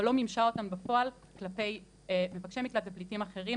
אבל לא מימשה אותם בפועל כלפי מבקשי מקלט ופליטים אחרים,